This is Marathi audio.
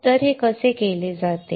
तर हे कसे केले जाते